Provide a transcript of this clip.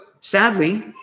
sadly